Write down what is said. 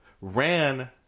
ran